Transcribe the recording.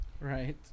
Right